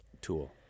tool